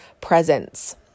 presence